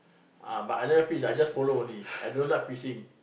ah but I never fish I follow only I don't like fishing